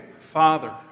father